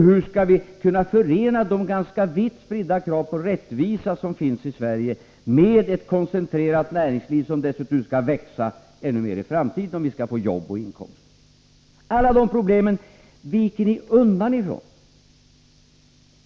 Hur skall vi kunna förena de ganska vitt spridda krav på rättvisa som finns i Sverige med ett koncentrerat näringsliv, som dessutom skall växa ännu mer i framtiden om vi skall få jobb och inkomster? Alla de problemen viker ni undan ifrån.